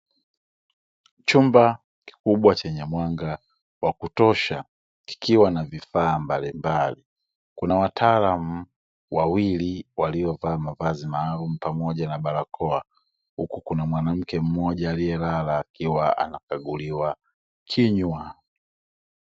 Chumba kikubwa chenye mwanga wa kutosha kikiwa na vifaa mbalimbali, kuna wataalamu wawili waliovaa mavazi maalumu pamoja na barakoa huku kuna mwanamke mmoja aliyelala akiwa anakaguliwa kinywa.